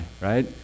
right